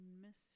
miss